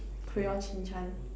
Crayon-Shin-Chan